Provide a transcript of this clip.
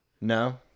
No